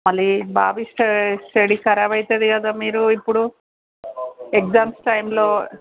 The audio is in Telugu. మళ్ళీ బాబు స్టడీ స్టడీ కరాబ్ అవుతుంది కదా మీరు ఇప్పుడు ఎగ్జామ్స్ టైంలో